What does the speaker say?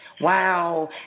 Wow